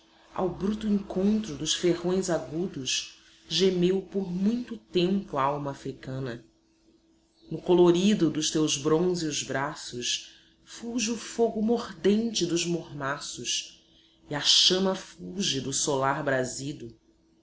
ao bruto encontro dos ferrões agudos gemeu por muito tempo a alma africana no colorido dos teus brônzeos braços fulge o fogo mordente dos mormaços e a chama fulge do solar